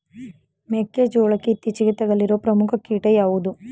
ಮೆಕ್ಕೆ ಜೋಳಕ್ಕೆ ಇತ್ತೀಚೆಗೆ ತಗುಲಿರುವ ಪ್ರಮುಖ ಕೀಟ ಯಾವುದು?